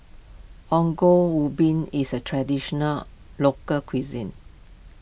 Ongol Ubi is a Traditional Local Cuisine